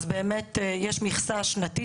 באמת יש מכסה שנתית.